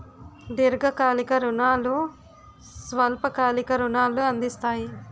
దీర్ఘకాలిక రుణాలు స్వల్ప కాలిక రుణాలు అందిస్తాయి